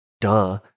Duh